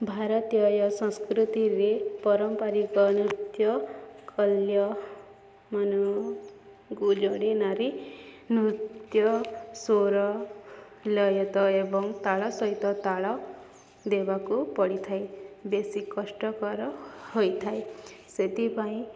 ଭାରତୀୟ ସଂସ୍କୃତିରେ ପରମ୍ପାରିକ ନୃତ୍ୟ ନାରୀ ନୃତ୍ୟ ସ୍ୱର ଲୟ ତ ଏବଂ ତାଳ ସହିତ ତାଳ ଦେବାକୁ ପଡ଼ିଥାଏ ବେଶୀ କଷ୍ଟକର ହୋଇଥାଏ ସେଥିପାଇଁ